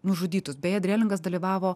nužudytus beje drėlingas dalyvavo